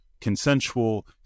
consensual